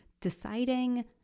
deciding